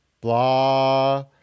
blah